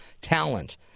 talent